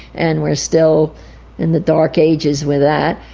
and we are still in the dark ages with that.